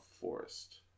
forest